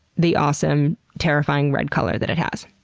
the awesome, terrifying red color that it has.